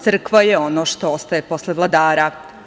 Crkva je ono što ostaje posle vladara.